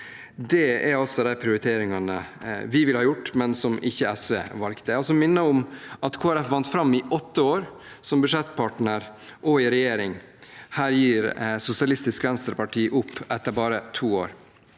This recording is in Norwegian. Det er altså de prioriteringene vi ville gjort, men som SV ikke valgte. Jeg minner om at Kristelig Folkeparti vant fram i åtte år som budsjettpartner og i regjering. Her gir Sosialistisk Venstreparti opp etter bare to år.